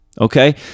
okay